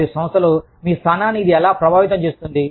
మరియు సంస్థ లో మీ స్థానాన్ని ఇది ఎలా ప్రభావితం చేస్తుంది